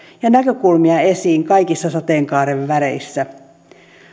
ja näkökulmia esiin kaikissa sateenkaaren väreissä